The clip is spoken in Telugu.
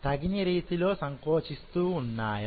తగిన రీతిలో సంకోచిస్తూ ఉన్నాయా